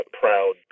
proud